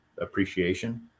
appreciation